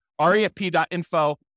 refp.info